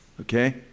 okay